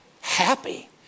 Happy